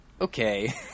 Okay